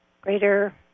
greater